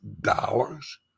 dollars